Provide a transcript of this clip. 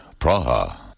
Praha